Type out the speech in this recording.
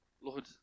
Lord